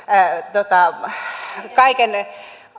kaiken